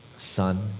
son